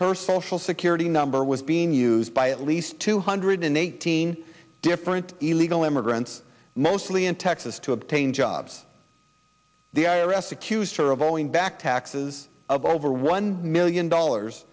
her social security number was being used by at least two hundred in eighteen different illegal immigrants mostly in texas to obtain jobs the i r s accused her of all in back taxes of over one million dollars